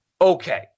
okay